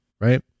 right